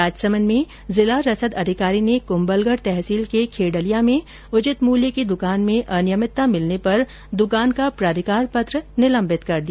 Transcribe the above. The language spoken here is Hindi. राजसमंद में जिला रसद अधिकारी ने कुम्भलगढ तहसील के खेड़लिया में उचित मूल्य की दुकान में अनियमितता मिलने पर दुकान का प्राथिकार पत्र निलम्बित कर दिया